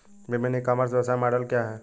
विभिन्न e commerce व्यवसाय model क्या हैं?